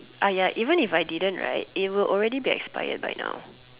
ya even if I didn't right it would already be expire by now